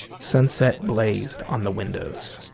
sunset blazed on the windows.